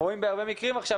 בהרבה מקרים עכשיו,